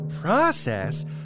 process